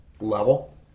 level